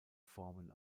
formen